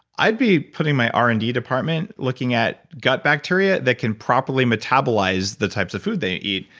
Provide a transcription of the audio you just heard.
i'd be putting my r and d department looking at gut bacteria that can properly metabolize the types of food they eat,